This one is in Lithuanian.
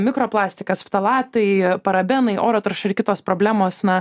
mikro plastikas ftalatai parabenai oro tarša ir kitos problemos na